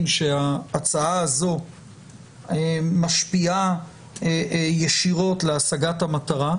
שההצעה הזו משפיעה ישירות להשגת המטרה,